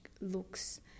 looks